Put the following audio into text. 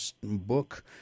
book